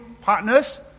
partners